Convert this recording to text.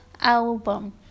album